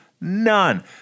none